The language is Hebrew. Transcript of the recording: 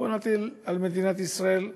בואו נטיל על מדינת ישראל חרמות.